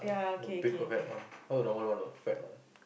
the big fat one not the normal one know fat one